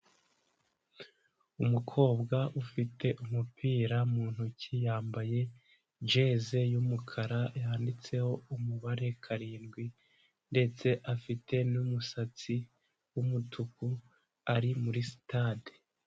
Umukobwa ufite umupira mu ntoki yambaye jese y'umukara yanditseho umubare karindwi ndetse afite n'umusatsi w'umutuku ari muri stade.